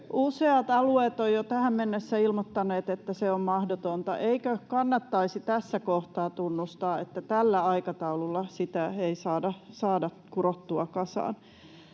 Useat alueet ovat jo tähän mennessä ilmoittaneet, että se on mahdotonta. Eikö kannattaisi tässä kohtaa tunnustaa, että tällä aikataululla sitä ei saada kurottua kasaan?